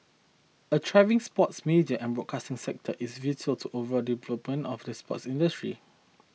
a thriving sports media and broadcasting sector is vital to over development of the sports industry